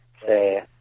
Say